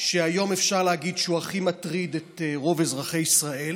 שהיום אפשר להגיד שהוא הכי מטריד את רוב אזרחי ישראל,